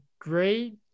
great